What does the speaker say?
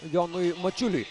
jonui mačiuliui